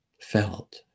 felt